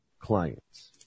clients